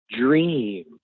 dream